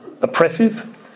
oppressive